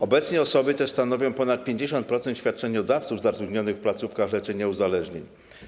Obecnie osoby te stanowią ponad 50% świadczeniodawców zatrudnionych w placówkach leczenia uzależnień.